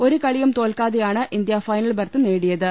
ഒരു കളിയും തോൽക്കാതെയാണ് ഇന്ത്യ ഫൈനൽ ബർത്ത് നേടിയത്